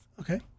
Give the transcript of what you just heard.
okay